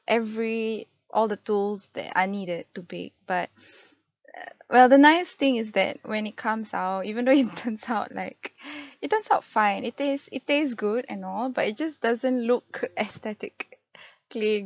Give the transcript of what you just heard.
every all the tools that are needed to bake but well the nice thing is that when it comes out even though it turns out like it turns out fine it taste it tastes good and all but it just doesn't look aesthetically